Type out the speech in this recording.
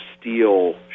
steel